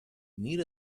need